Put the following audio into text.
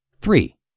Three